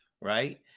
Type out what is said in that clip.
right